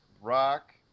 Rock